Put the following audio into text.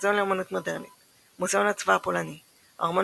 המוזיאון לאמנות מודרנית מוזיאון הצבא הפולני הארמון